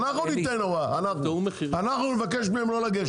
אנחנו נבקש מהם לא לגשת,